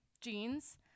jeans